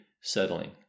settling